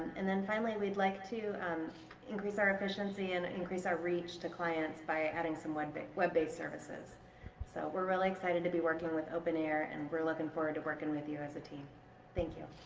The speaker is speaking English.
and then finally we'd like to um increase our efficiency and increase our reach to clients by adding someone be web based services so we're really excited to be working with open air and we're looking forward to working with you as a team thank you